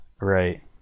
Right